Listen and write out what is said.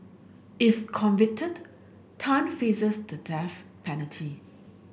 if convicted Tan faces the death penalty